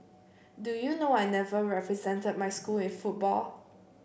do you know I never represented my school in football